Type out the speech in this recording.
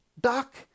Doc